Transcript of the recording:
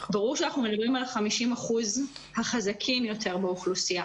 ברור שאנחנו מדברים על ה-50% החזקים יותר באוכלוסייה.